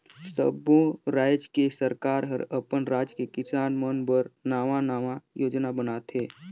सब्बो रायज के सरकार हर अपन राज के किसान मन बर नांवा नांवा योजना बनाथे